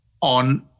on